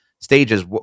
stages